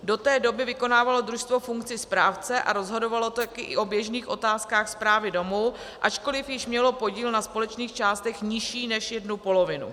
Do té doby vykonávalo družstvo funkci správce, a rozhodovalo tak i o běžných otázkách správy domu, ačkoliv již mělo podíl na společných částech nižší než jednu polovinu.